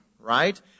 right